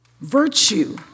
Virtue